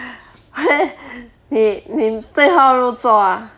heh 你你最后入座 ah